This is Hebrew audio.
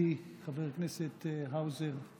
ידידי חבר הכנסת האוזר.